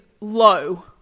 low